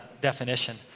definition